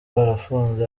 barafunze